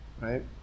right